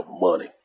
money